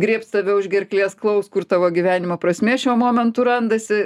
griebs tave už gerklės klaus kur tavo gyvenimo prasmė šiuo momentu randasi